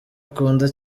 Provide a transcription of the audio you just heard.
akunda